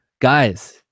guys